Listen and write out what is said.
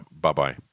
Bye-bye